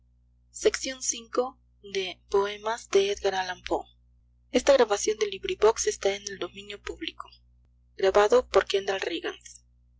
y radiosa en el